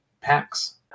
packs